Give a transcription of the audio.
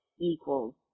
equals